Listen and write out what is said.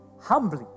humbly